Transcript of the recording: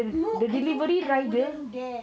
loo~ I look I wouldn't dare